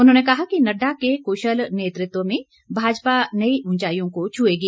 उन्होंने कहा कि नड्डा के कुशल नेतृत्व में भाजपा नई उचाईयों को छुएगी